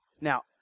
Now